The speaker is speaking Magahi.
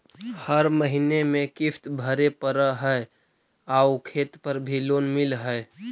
हर महीने में किस्त भरेपरहै आउ खेत पर भी लोन मिल है?